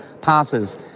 passes